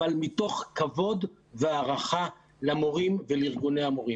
אבל מתוך כבוד והערכה למורים ולארגוני המורים